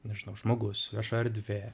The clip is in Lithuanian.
nežinau žmogus vieša erdvė